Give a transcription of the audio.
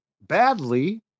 badly